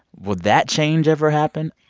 would that change ever happen?